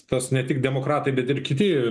tas ne tik demokratai bet ir kiti